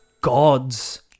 God's